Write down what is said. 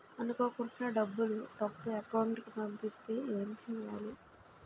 అనుకోకుండా డబ్బులు తప్పు అకౌంట్ కి పంపిస్తే ఏంటి చెయ్యాలి?